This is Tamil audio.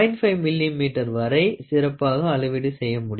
5 மில்லி மீட்டர் வரை சிறப்பாக அளவீடு செய்ய முடியும்